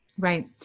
Right